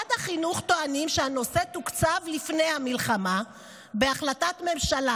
במשרד החינוך טוענים שהנושא תוקצב לפני המלחמה בהחלטת ממשלה.